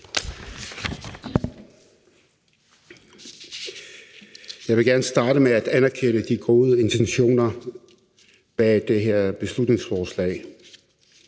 Jeg vil gerne starte med at anerkende de gode intentioner bag det her beslutningsforslag.